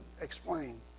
explain